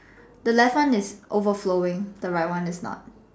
the left one is overflowing the right one is not